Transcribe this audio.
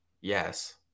yes